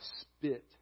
spit